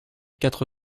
quatre